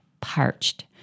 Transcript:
parched